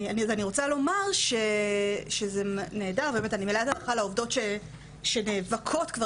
אני רק רוצה לומר שזה נהדר ובאמת אני מלאת הערכה לעובדות שנאבקות כבר